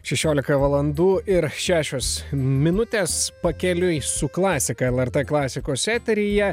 šešiolika valandų ir šešios minutes pakeliui su klasika lrt klasikos eteryje